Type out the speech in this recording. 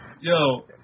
Yo